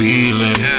Feeling